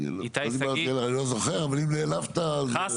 אני לא זוכר, אבל אם נעלבת אז מבקש את סליחתך.